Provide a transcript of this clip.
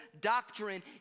doctrine